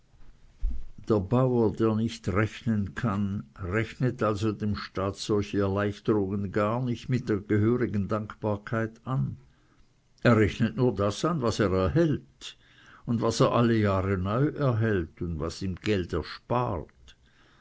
der bauer der nicht rechnen kann rechnet also dem staate solche erleichterungen gar nicht mit der gehörigen dankbarkeit an er rechnet nur das an was er erhält und was er alle jahre neu erhält und was ihm geld erspart